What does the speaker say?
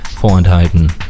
vorenthalten